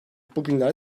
bugünlerde